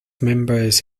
members